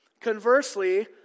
Conversely